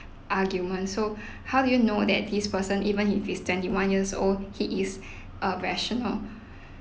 argument so how do you know that this person even if he's twenty one years old he is uh rational